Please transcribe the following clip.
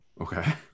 Okay